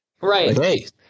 Right